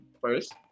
first